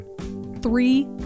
three